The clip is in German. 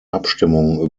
abstimmung